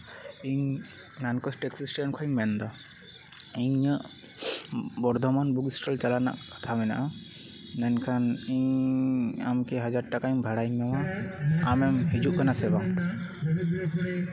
ᱤᱧ ᱢᱟᱱᱠᱚᱨ taxi stand ᱠᱷᱚᱱᱤᱧ ᱢᱮᱱᱫᱟ ᱤᱧᱟᱹᱜ ᱵᱚᱨᱫᱷᱚᱢᱟᱱ ᱵᱩᱠᱥᱴᱚᱞ ᱪᱟᱞᱟᱜ ᱨᱮᱱᱟᱜ ᱠᱟᱛᱷᱟ ᱢᱮᱱᱟᱜᱼᱟ ᱢᱮᱱᱠᱷᱟᱱ ᱤᱧ ᱟᱢ ᱠᱤ ᱦᱟᱡᱟᱨ ᱴᱟᱠᱟᱧ ᱵᱷᱟᱲᱟᱧ ᱮᱢᱟᱢᱟ ᱟᱢᱮᱢ ᱦᱤᱡᱩᱜ ᱠᱟᱱᱟ ᱥᱮ ᱵᱟᱝ